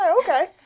okay